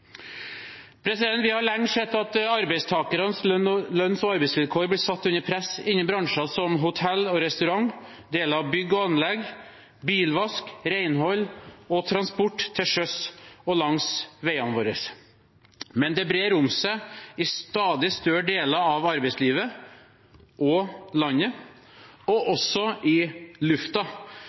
Vi har lenge sett at arbeidstakernes lønns- og arbeidsvilkår blir satt under press i bransjer som hotell og restaurant, deler av bygg og anlegg, bilvask, renhold og transport til sjøs og langs veiene våre, men det brer om seg i stadig større deler av arbeidslivet – og landet – også i lufta.